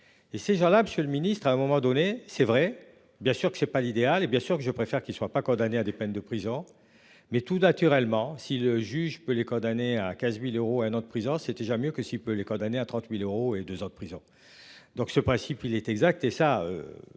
et ces gens-là. Monsieur le ministre, à un moment donné c'est vrai bien sûr que c'est pas l'idéal et bien sûr que je préfère qu'ils soient pas condamnés à des peines de prison. Mais tout naturellement si le juge peut les condamner à 15.000 euros à un an de prison c'était jamais mieux que si peux les condamner à 30.000 euros et 2 ans de prison. Donc ce principe il est exact et ça.